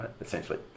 essentially